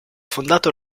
fondato